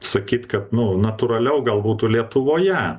sakyt kad nu natūraliau gal būtų lietuvoje